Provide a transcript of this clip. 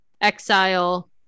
Exile